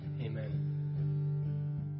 Amen